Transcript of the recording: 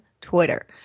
Twitter